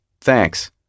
thanks